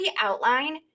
outline